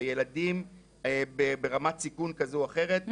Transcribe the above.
וילדים ברמת סיכון כזו או אחרת,